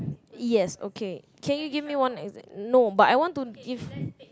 yes okay can you give me one example no but I want to give